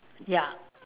ya